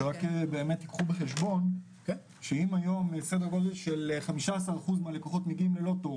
שבאמת תיקחו בחשבון שאם היום סדר גודל של 15% מהלקוחות מגיעים ללא תור